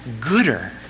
gooder